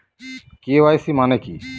KYC মানে কি?